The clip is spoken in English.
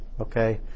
Okay